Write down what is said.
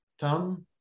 Tom